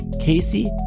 Casey